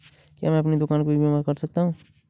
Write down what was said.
क्या मैं अपनी दुकान का बीमा कर सकता हूँ?